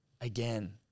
again